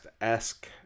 esque